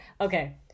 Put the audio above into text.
okay